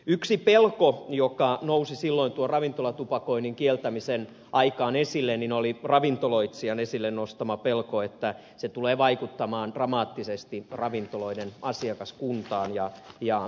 yksi pelko joka nousi silloin tuon ravintolatupakoinnin kieltämisen aikaan esille oli ravintoloitsijan esille nostama pelko että se tulee vaikuttamaan dramaattisesti ravintoloiden asiakaskuntaan ja myyntiin